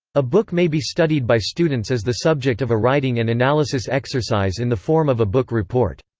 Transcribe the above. a book may be studied by students as the subject of a writing and analysis exercise in the form of a book report.